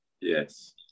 Yes